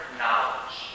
knowledge